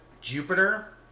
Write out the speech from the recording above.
Jupiter